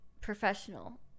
professional